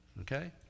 okay